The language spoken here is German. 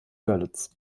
görlitz